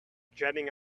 jetting